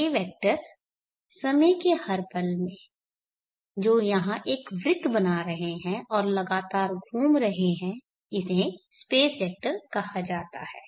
ये वेक्टर समय के हर पल मे जो यहां एक वृत्त बना रहे हैं और लगातार घूम रहे हैं इन्हें स्पेस वेक्टर कहा जाता है